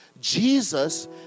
Jesus